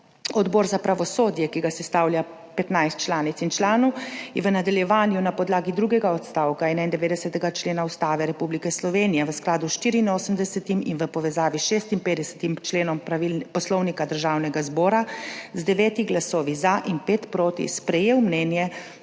Odbor za pravosodje, ki ga sestavlja 15 članic in članov, je v nadaljevanju na podlagi drugega odstavka 91. člena Ustave Republike Slovenije v skladu s 84. in v povezavi s 56. členom Poslovnika Državnega zbora z devetimi glasovi za in petimi proti sprejel mnenje,